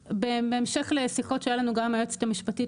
בהמשך לשיחות שהיו לנו עם היועצת המשפטית